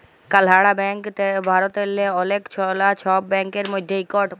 কালাড়া ব্যাংক ভারতেল্লে অলেক গুলা ছব ব্যাংকের মধ্যে ইকট